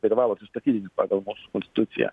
privalo atsistatydinti pagal mūsų konstituciją